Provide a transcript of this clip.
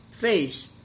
face